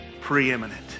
preeminent